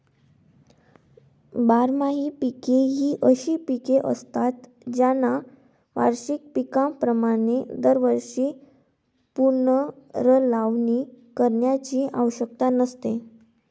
बारमाही पिके ही अशी पिके असतात ज्यांना वार्षिक पिकांप्रमाणे दरवर्षी पुनर्लावणी करण्याची आवश्यकता नसते